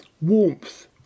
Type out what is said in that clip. warmth